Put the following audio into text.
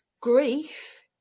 grief